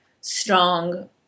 strong